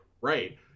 Right